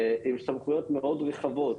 עם סמכויות מאוד רחבות.